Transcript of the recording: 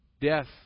death